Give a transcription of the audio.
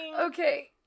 Okay